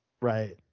Right